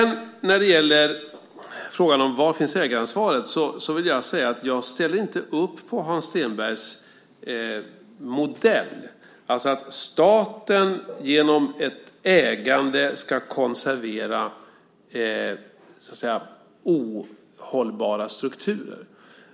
När det gäller frågan om var ägaransvaret finns vill jag säga att jag inte ställer upp på Hans Stenbergs modell, alltså att staten genom ett ägande ska konservera så att säga ohållbara strukturer.